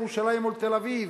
לירושלים ולתל-אביב,